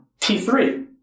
T3